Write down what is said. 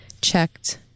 checked